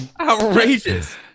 outrageous